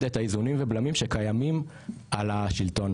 את האיזונים והבלמים שקיימים על השלטון,